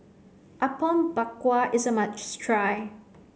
Apom Berkuah is a must try